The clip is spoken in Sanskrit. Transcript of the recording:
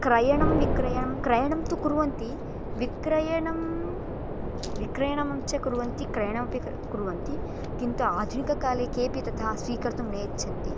क्रयणं विक्रयणं क्रयणं तु कुर्वन्ति विक्रयणं विक्रयणं च कुर्वन्ति क्रयणमपि किं कुर्वन्ति किन्तु आधुनिककाले केऽपि तथा स्वीकर्तुं नेच्छन्ति